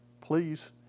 please